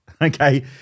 Okay